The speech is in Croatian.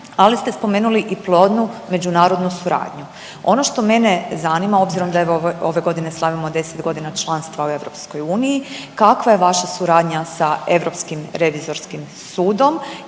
ali ste spomenuli i plodnu međunarodnu suradnju. Ono što mene zanima, obzirom da evo ove godine slavimo 10 godina članstva u EU, kava je vaša suradnja sa Europskim revizorskim sudom